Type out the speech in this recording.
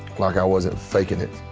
like i wasn't faking it.